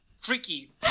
freaky